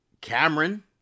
Cameron